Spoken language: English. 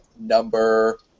number